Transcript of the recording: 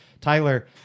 Tyler